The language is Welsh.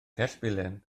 cellbilen